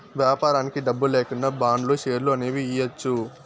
వ్యాపారానికి డబ్బు లేకుండా బాండ్లు, షేర్లు అనేవి ఇయ్యచ్చు